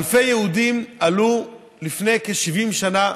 אלפי יהודים עלו לפני כ-70 שנה,